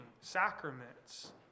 sacraments